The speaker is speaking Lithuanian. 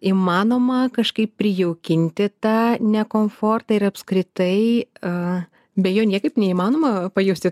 įmanoma kažkaip prijaukinti tą ne komfortą ir apskritai a be jo niekaip neįmanoma pajusti